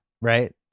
right